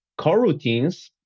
coroutines